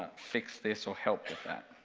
fix this or help with that?